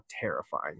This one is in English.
terrifying